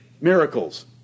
miracles